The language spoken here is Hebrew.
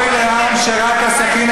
אנחנו רוצים להשתיק אותך.